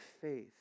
faith